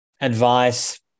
advice